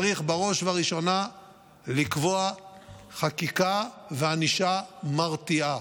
צריך בראש ובראשונה לקבוע חקיקה וענישה מרתיעה.